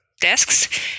desks